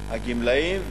הגמלאים,